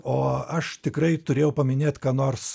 o aš tikrai turėjau paminėt ką nors